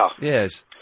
Yes